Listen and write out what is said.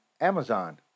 Amazon